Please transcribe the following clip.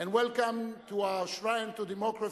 capital, and welcome to our Shrine of democracy,